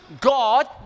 God